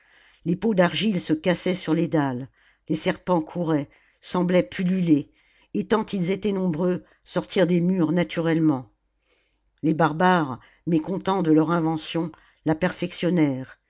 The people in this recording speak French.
les pots d'argile se cassaient sur les dalles les serpents couraient semblaient pulluler et tant ils étaient nombreux sortir des murs naturellement les barbares mécontents de leur invention la perfectionnèrent